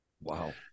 Wow